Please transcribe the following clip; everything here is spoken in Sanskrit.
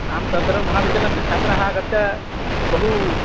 आं तत्र महाविद्यालयस्य छात्रः आगत्य बहु